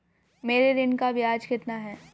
मेरे ऋण का ब्याज कितना है?